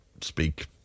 Speak